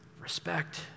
respect